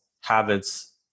habits